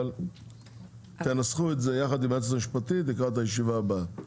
אבל תנסחו את זה יחד עם היועצת המשפטית לקראת הישיבה הבאה.